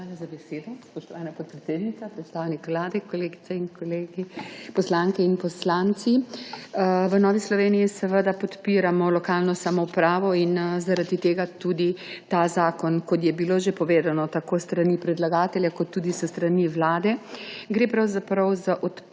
Hvala za besedo, spoštovana podpredsednica. Predstavnik Vlade, kolegice in kolegi, poslanke in poslanci! V Novi Sloveniji seveda podpiramo lokalno samoupravo in zaradi tega tudi ta zakon. Kot je bilo že povedano tako s strani predlagatelja kot tudi s strani Vlade, gre pravzaprav za odpravo